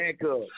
backup